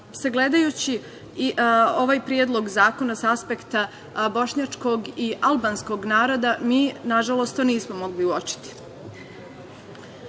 sagledajući i ovaj predlog zakona sa aspekta bošnjačkog i albanskog naroda, mi nažalost to nismo mogli uočiti.